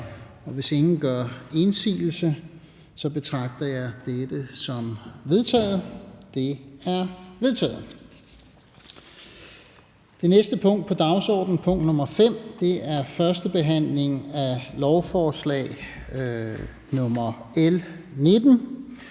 Hvis ingen gør indsigelse, betragter jeg dette som vedtaget. Det er vedtaget. --- Det næste punkt på dagsordenen er: 5) 1. behandling af lovforslag nr. L 19: